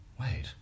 wait